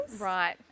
Right